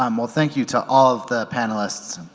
um well thank you to all the panelists